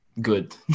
good